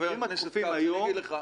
חבר הכנסת כץ, אני אגיד לך.